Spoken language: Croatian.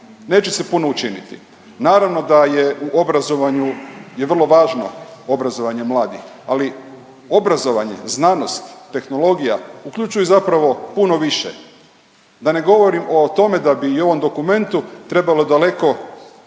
neće se puno učiniti. Naravno da je, u obrazovanju je vrlo važno obrazovanje mladih, ali obrazovanje, znanost, tehnologija uključuju zapravo puno više, da ne govorim o tome da bi i u ovom dokumentu trebalo daleko puno